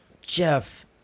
Jeff